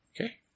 Okay